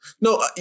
No